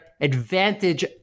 advantage